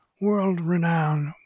world-renowned